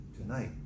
tonight